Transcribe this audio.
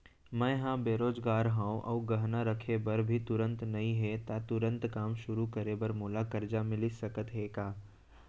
मैं ह बेरोजगार हव अऊ गहना रखे बर भी तुरंत नई हे ता तुरंत काम शुरू करे बर मोला करजा मिलिस सकत हे का?